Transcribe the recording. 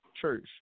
church